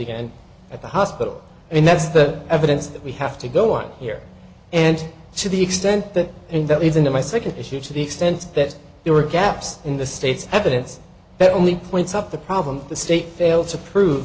again at the hospital i mean that's the evidence that we have to go on here and to the extent that and that leads into my second issue to the extent that there were gaps in the state's evidence that only points up the problem the state failed to